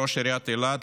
ראש עיריית אילת,